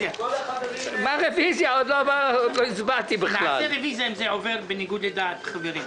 אגיש רוויזיה אם זה יעבור בניגוד לדעת החברים.